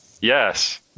Yes